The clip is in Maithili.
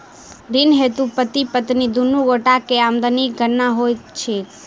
ऋण हेतु पति पत्नी दुनू गोटा केँ आमदनीक गणना होइत की?